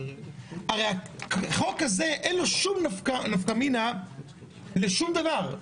הרי לחוק הזה אין שום נפקא מינה לשום דבר.